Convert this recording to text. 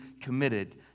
committed